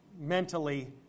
mentally